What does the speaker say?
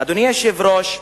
אדוני היושב-ראש,